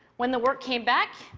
when the work came back,